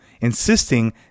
insisting